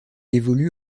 évolue